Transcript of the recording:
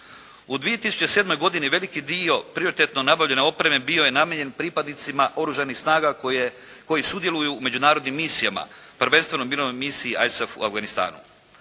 U 2007. godini veliki dio prioritetno nabavljene opreme bio je namijenjen pripadnicima oružanih snaga koje sudjeluju u međunarodnim misijama prvenstveno u Mirovnoj misiji ISAP u Afganistanu.